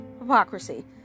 hypocrisy